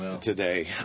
Today